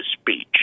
speech